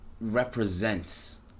represents